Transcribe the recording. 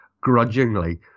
grudgingly